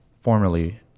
formerly